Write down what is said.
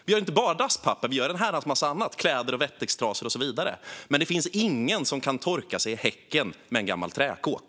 Vi gör inte bara dasspapper, vi gör en herrans massa annat - kläder, wettextrasor och så vidare. Men det finns ingen som kan torka sig i häcken med en gammal träkåk.